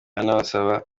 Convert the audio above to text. anabasaba